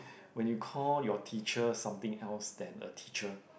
when you call your teacher something else than a teacher